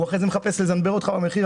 כי אחרי זה הוא מחפש לזמבר אותך במחיר,